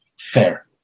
fair